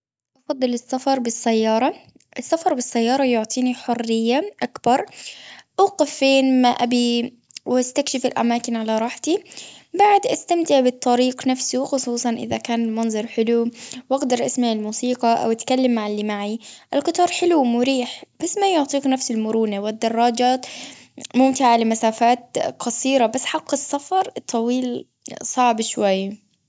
أفضل السفر بالسيارة. السفر بالسيارة يعطيني حريًا أكبر. أوقف فين ما آبي، واستكشف الأماكن على راحتي. بعد أستمتع بالطريق نفسه، خصوصًا إذا كان منظر حلو. وأقدر أسمع الموسيقى، أو اتكلم مع اللي معي. القطار حلو ومريح، بس ما يعطيك نفس المرونة. والدراجات ممتعة لمسافات قصيرة، بس حق السفر الطويل صعب شوي.